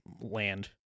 land